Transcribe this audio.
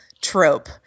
trope